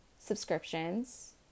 subscriptions